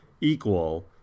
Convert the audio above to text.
equal